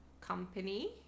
company